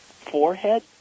forehead